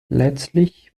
letztlich